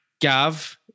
Gav